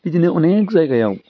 बिदिनो अनेक जायगायाव